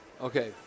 Okay